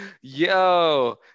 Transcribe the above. Yo